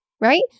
right